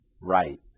Right